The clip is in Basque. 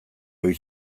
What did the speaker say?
ohi